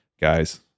Guys